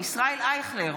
ישראל אייכלר,